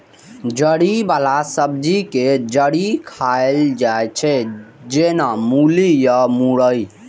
जड़ि बला सब्जी के जड़ि खाएल जाइ छै, जेना मूली या मुरइ